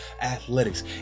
athletics